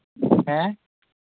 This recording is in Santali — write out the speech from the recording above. ᱦᱮᱸ